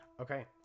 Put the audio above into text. Okay